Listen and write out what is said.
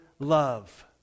love